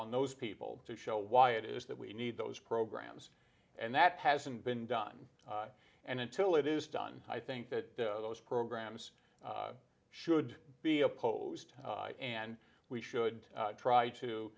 on those people to show why it is that we need those programs and that hasn't been done and until it is done i think that those programs should be opposed and we should try to